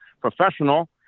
professional